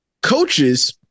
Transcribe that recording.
coaches